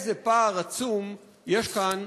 איזה פער עצום יש כאן